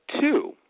two